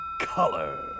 color